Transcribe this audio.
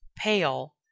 pale